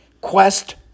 Quest